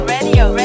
Radio